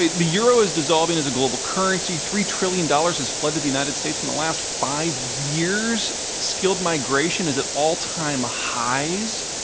the euro is dissolving as a global currency. three trillion dollars has flooded the united states in the last five years. skilled migration is at all time ah highs.